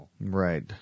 Right